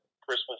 Christmas